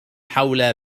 حول